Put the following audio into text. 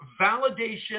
validation